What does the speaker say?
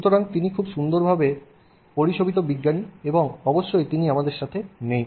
সুতরাং খুব সুন্দরভাবে পরিশোভিত বিজ্ঞানী এবং অবশ্যই তিনি এখন আমাদের সাথে নেই